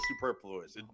superfluous